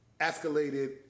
escalated